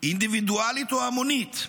אינדיווידואלית או המונית,